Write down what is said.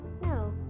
No